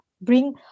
bring